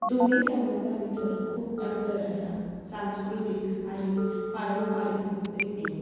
दोनूय समाजां भितर खूब अंतर आसा सांस्कृतीक आनी पारंपारीक रितीन